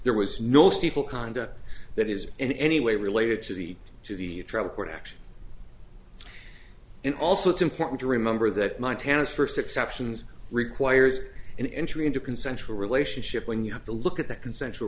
there was no steeple conduct that is in any way related to the to the trial court action and also it's important to remember that montana's first exceptions requires an entry into a consensual relationship when you have to look at the consensual